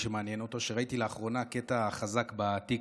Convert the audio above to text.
מי שמעניין אותו, שראיתי לאחרונה קטע חזק בטיקטוק.